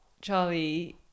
Charlie